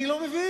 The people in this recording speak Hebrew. אני לא מבין.